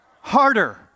harder